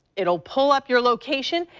it will pull up your location.